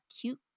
cute